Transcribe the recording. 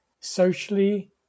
socially